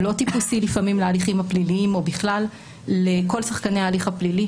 לא טיפוסי לפעמים להליכים פליליים או בכלל לכל שחקני ההליך הפלילי,